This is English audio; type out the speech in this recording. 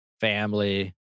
family